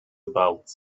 about